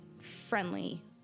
friendly